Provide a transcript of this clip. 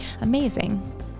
amazing